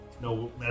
No